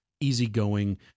easygoing